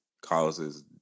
causes